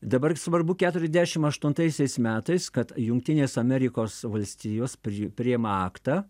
dabar svarbu keturiasdešim aštuntaisiais metais kad jungtinės amerikos valstijos pri priima aktą